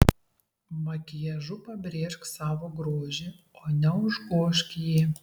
makiažu pabrėžk savo grožį o ne užgožk jį